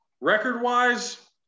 Record-wise